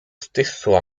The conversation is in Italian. stesso